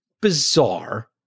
bizarre